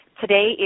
Today